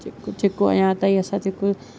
कुझु जेको अञा ताईं असां जेको